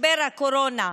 משבר הקורונה,